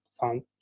found